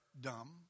dumb